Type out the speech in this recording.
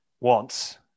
wants